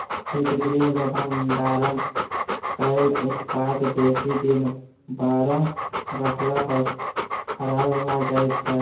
शीतगृह मे भंडारण कयल उत्पाद बेसी दिन बाहर रखला पर खराब भ जाइत छै